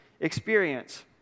experience